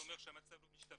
זה אומר שהמצב לא משתפר.